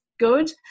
good